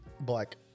black